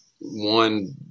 one –